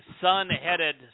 sun-headed